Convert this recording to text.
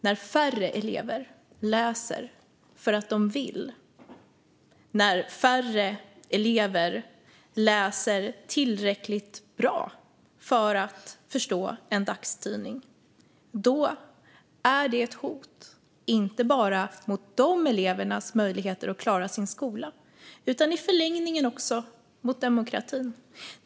När färre elever läser för att de vill och när färre elever läser tillräckligt bra för att förstå en dagstidning är det ett hot inte bara mot de elevernas möjligheter att klara sin skolgång utan i förlängningen också mot demokratin.